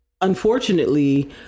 unfortunately